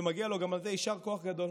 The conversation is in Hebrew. ומגיע לו גם על זה יישר כוח גדול.